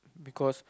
because